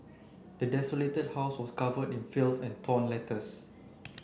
the desolated house was covered in filth and torn letters